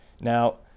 Now